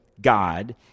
God